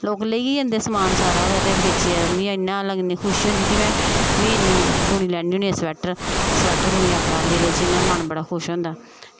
लोग लेइयै जंदे समान सारा ते बेचियै मिगी इ'न्नी लगनी खुशी होंदी कि में इ'न्नी बुनी लैन्नी होनी स्वेटर स्वेटर बुनियै अपना दिल च इ'यां मन बड़ा खुश होंदा